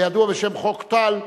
הידוע בשם חוק טל,